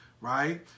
right